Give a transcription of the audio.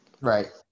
Right